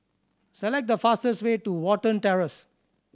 select the fastest way to Watten Terrace